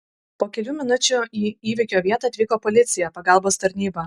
po kelių minučių į įvykio vietą atvyko policija pagalbos tarnyba